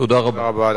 תודה רבה.